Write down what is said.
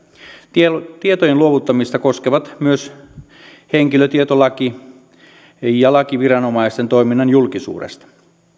tietojen tietojen luovuttamista koskevat myös henkilötietolaki ja laki viranomaisten toiminnan julkisuudesta